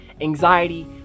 anxiety